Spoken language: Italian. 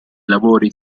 lavori